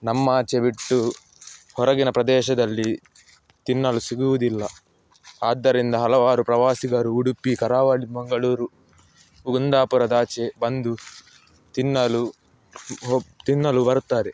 ನಮ್ಮಾಚೆ ಬಿಟ್ಟು ಹೊರಗಿನ ಪ್ರದೇಶದಲ್ಲಿ ತಿನ್ನಲು ಸಿಗುವುದಿಲ್ಲ ಆದ್ದರಿಂದ ಹಲವಾರು ಪ್ರವಾಸಿಗರು ಉಡುಪಿ ಕರಾವಳಿ ಮಂಗಳೂರು ಕುಂದಾಪುರದಾಚೆ ಬಂದು ತಿನ್ನಲು ಹೋಗಿ ತಿನ್ನಲು ಬರುತ್ತಾರೆ